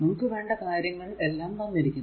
നമുക്ക് വേണ്ട കാര്യങ്ങൾ എല്ലാം തന്നിരിക്കുന്നു